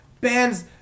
bands